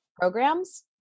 programs